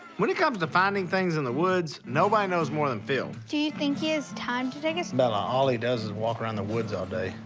when it comes to finding things in the woods, nobody knows more than phil. do you think he has time to take us? bella, all he does is walk around the woods all day.